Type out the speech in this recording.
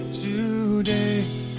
today